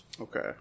Okay